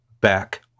back